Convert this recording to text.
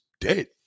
dead